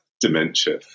dementia